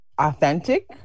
authentic